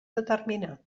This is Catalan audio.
determinar